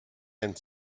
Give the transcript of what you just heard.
and